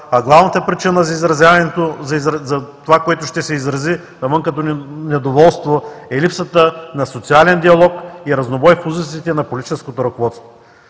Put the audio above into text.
а главната причина за това, което ще се изрази навън като недоволство, е липсата на социален диалог и разнобой в позициите на политическото ръководство.